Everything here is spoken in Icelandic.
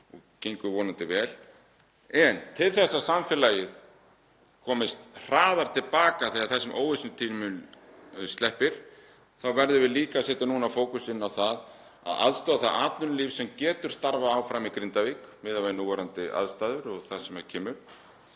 og gangi vonandi vel. En til þess að samfélagið komist hraðar til baka þegar þessum óvissutíminn sleppir þá verðum við núna að setja fókusinn á það að aðstoða það atvinnulíf sem getur verið áfram í Grindavík miðað við núverandi aðstæður og það sem kemur,